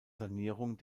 sanierung